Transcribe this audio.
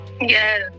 yes